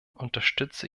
unterstütze